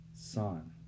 son